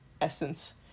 essence